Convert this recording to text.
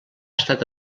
estat